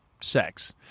sex